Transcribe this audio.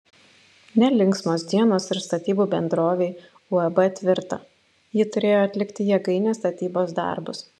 nelinksmos dienos ir statybų bendrovei uab tvirta ji turėjo atlikti jėgainės statybos darbus